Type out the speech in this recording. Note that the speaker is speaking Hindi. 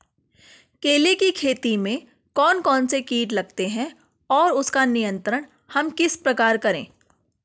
केले की खेती में कौन कौन से कीट लगते हैं और उसका नियंत्रण हम किस प्रकार करें?